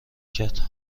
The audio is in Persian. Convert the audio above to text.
کرد